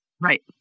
right